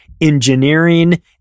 engineering